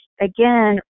again